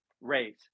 raise